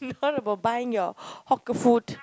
not about buying your hawker food